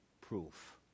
proof